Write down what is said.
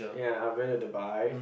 ya I went to Dubai